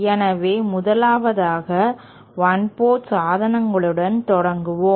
எனவே முதலாவதாக 1 போர்ட் சாதனங்களுடன் தொடங்குவோம்